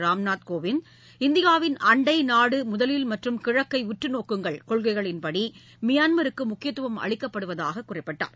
ராம்நாத் கோவிந்த் இந்தியாவின் அண்டை நாடு முதலில் மற்றும் கிழக்கை உற்றுநோக்குங்கள் கொள்கைகளின்படி மியான்மருக்கு முக்கியத்துவம் அளிக்கப்படுவதாக கூறினார்